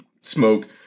smoke